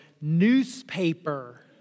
newspaper